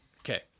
Okay